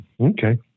okay